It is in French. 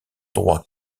droits